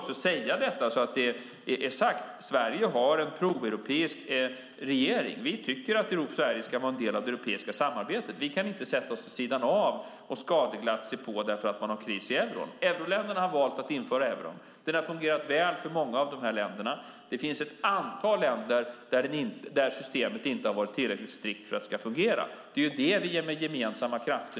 Sverige har en proeuropeisk regering. Vi tycker att Sverige ska vara en del av det europeiska samarbetet. Vi kan inte sätta oss vid sidan om och skadeglatt se på när man har kris i euron. Euroländerna har valt att införa euron. Den har fungerat väl för många. Det finns ett antal länder där systemet inte har varit tillräckligt strikt för att det ska fungera. Det är det som vi nu ska korrigera med gemensamma krafter.